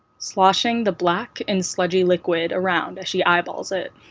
sloshing the black and sludgy liquid around as she eyeballs it.